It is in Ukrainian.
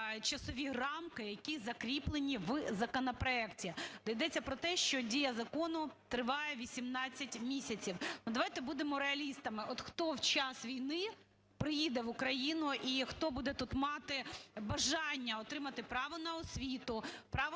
часові рамки, які закріплені в законопроекті, де йдеться про те, що дія закону триває 18 місяців. Давайте будемо реалістами, от хто в час війни приїде в Україну і хто буде тут мати бажання отримати право на освіту, право на